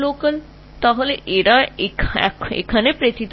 সুতরাং তারা এইভাবেই আবদ্ধ হয়